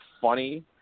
funny